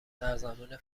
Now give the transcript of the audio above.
سرزمین